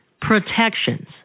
protections